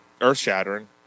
earth-shattering